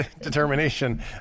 determination